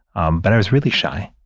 um but i was really shy.